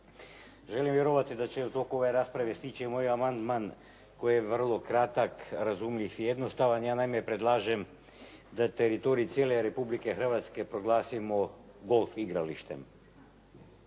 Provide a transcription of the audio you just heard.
Želim vjerovati da će u toku ove rasprave stići moj amandman koji je vrlo kratak, razumljiv i jednostavan. Ja naime predlažem da teritorij cijele Republike Hrvatske proglasimo golf igralištem.